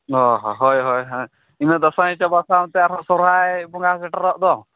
ᱚᱼᱦᱚ ᱦᱚᱭ ᱦᱚᱭ ᱦᱮᱸ ᱤᱱᱟᱹ ᱫᱟᱸᱥᱟᱭ ᱪᱟᱵᱟ ᱥᱟᱶᱛᱮ ᱟᱨᱦᱚᱸ ᱥᱚᱦᱚᱨᱟᱭ ᱵᱚᱸᱜᱟ ᱥᱮᱴᱮᱨᱚᱜ ᱫᱚ